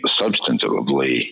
substantively